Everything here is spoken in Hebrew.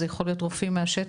זה יכול להיות רופאים מהשטח,